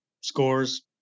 scores